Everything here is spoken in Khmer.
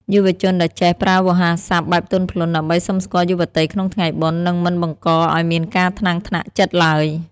យុវជនដែលចេះ "ប្រើវោហារស័ព្ទបែបទន់ភ្លន់" ដើម្បីសុំស្គាល់យុវតីក្នុងថ្ងៃបុណ្យ នឹងមិនបង្កឱ្យមានការថ្នាំងថ្នាក់ចិត្តឡើយ។